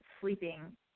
sleeping